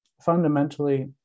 fundamentally